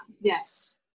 yes